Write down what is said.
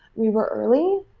we were early.